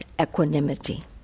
equanimity